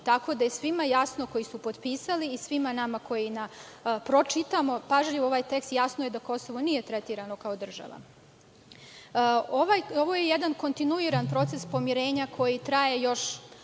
tako da je svima jasno koji su potpisali i svima nama koji pročitamo pažljivo ovaj tekst jasno je da Kosovo nije tretirano kao država. Ovo je jedan kontinuirani proces pomirenja koji traje još